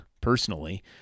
personally